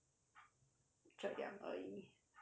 这样而已